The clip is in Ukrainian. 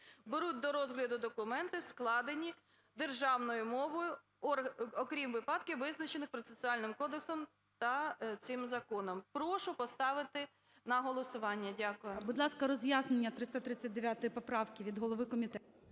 беруть до розгляду документи, складені державною мовою, окрім випадків, визначених процесуальними кодексами та цим законом". Прошу поставити на голосування. Дякую. ГОЛОВУЮЧИЙ. Будь ласка, роз'яснення 339 поправки від голови комітету.